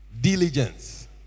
Diligence